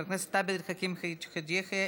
חבר הכנסת עבד אל חכים חאג' יחיא,